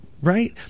Right